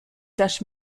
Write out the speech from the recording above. tâches